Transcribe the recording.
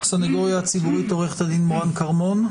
מהסנגוריה הציבורית עו"ד מורן כרמון,